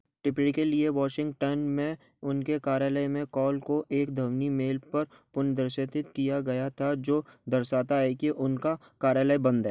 टिप्पणी के लिए वाशिंगटन में उनके कार्यालय में कॉल को एक ध्वनि मेल पर पुनर्निर्देशित किया गया था जो दर्शाता है कि उनका कार्यालय बंद है